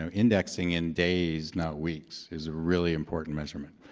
so indexing in days, not weeks, is a really important measurement.